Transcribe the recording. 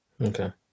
Okay